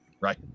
Right